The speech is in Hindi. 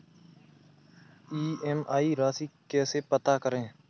ई.एम.आई राशि कैसे पता करें?